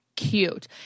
cute